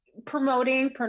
promoting